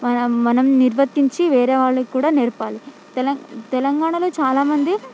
మన మనం నిర్వర్తించి వేరే వాళ్ళకు కూడా నేర్పాలి తెలం తెలంగాణలో చాలా మంది